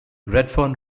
redfern